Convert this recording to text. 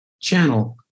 channel